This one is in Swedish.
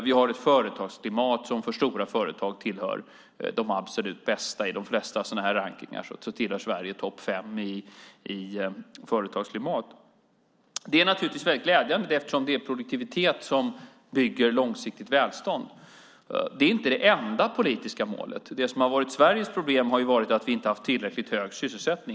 Vi har ett företagsklimat som för stora företag tillhör de absolut bästa. I de flesta sådana här rankningar tillhör Sverige topp 5 när det gäller företagsklimat. Det är naturligtvis väldigt glädjande, eftersom det är produktivitet som bygger långsiktigt välstånd. Det är inte det enda politiska målet. Det som har varit Sveriges problem har ju varit att vi inte har haft tillräckligt hög sysselsättning.